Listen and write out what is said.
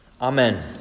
Amen